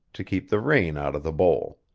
to keep the rain out of the bowl.